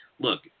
look